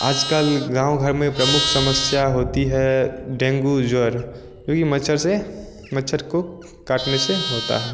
आज कल गाँव घर में प्रमुख समस्या होती है डेंगू ज्वर जो कि मच्छर से मच्छर के काटने से होता है